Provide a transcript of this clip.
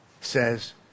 says